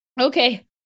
okay